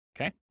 Okay